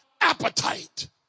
appetite